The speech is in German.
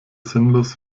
sinnlos